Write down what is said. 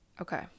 okay